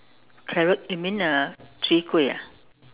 carrot you mean uh chwee-kueh ah